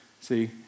See